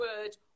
word